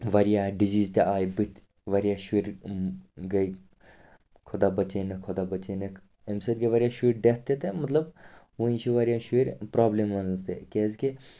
واریاہ ڈِزیٖز تہِ آیہِ بٔتھِ واریاہ شُرۍ گٔے خۄدا بَچٲنَکھ خۄدا بَچٲنَکھ اَمہِ سۭتۍ گٔے واریاہ شُرۍ ڈٮ۪تھ تہِ تہٕ مطلب وُنہِ چھِ واریاہ شُرۍ پرٛابلِم منٛز تہِ کیٛازِکہِ